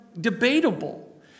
debatable